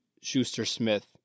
Schuster-Smith